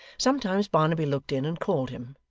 sometimes barnaby looked in and called him,